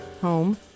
home